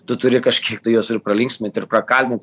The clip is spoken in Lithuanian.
tu turi kažkiek tai juos ir pralinksmint ir prakalbint